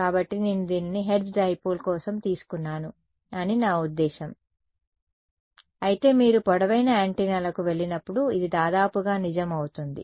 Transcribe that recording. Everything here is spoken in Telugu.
కాబట్టి నేను దీనిని హెర్ట్జ్ డైపోల్ కోసం తీసుకున్నాను అని నా ఉద్దేశ్యం అయితే మీరు పొడవైన యాంటెన్నాలకు వెళ్లినప్పుడు ఇది దాదాపుగా నిజం అవుతుంది